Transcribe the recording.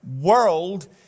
world